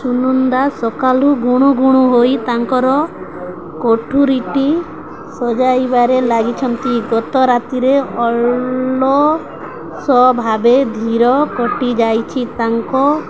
ସୁନୁନ୍ଦା ସକାଳୁ ଗୁଣୁଗୁଣୁ ହୋଇ ତାଙ୍କର କୋଠରୀଟି ସଜାଇବାରେ ଲାଗିଛନ୍ତି ଗତ ରାତିରେ ଅଳସ ଭାବେ ଧୀର କଟିଯାଇଛି ତାଙ୍କ